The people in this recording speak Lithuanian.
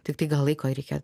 tiktai gal laiko reikia